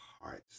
hearts